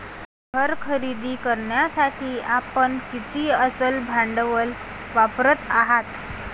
घर खरेदी करण्यासाठी आपण किती अचल भांडवल वापरत आहात?